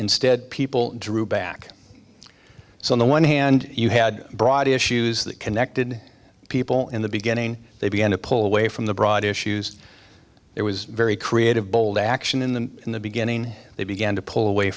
instead people drew back so on the one hand you had broad issues that connected people in the beginning they began to pull away from the broader issues it was very creative bold action in the in the beginning they began to pull away